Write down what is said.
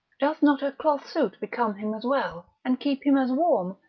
doth not a cloth suit become him as well, and keep him as warm,